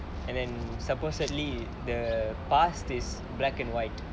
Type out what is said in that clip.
and then supposedly the past this black and white